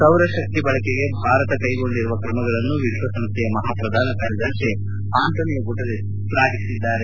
ಸೌರಶಕ್ತಿ ಬಳಕೆಗೆ ಭರಾತ ಕೈಗೊಂಡಿರುವ ಕ್ರಮಗಳನ್ನು ವಿಶ್ವಸಂಸ್ವೆಯ ಮಹಾಪ್ರಧಾನ ಕಾರ್ಯದರ್ಶಿ ಆಂಟೊನಿಯೊ ಗುಟೆರಸ್ ಶ್ಲಾಘಿಸಿದ್ದಾರೆ